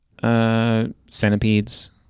Centipedes